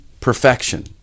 perfection